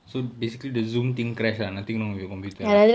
so basically the zoom thing crash lah nothing wrong with your computer lah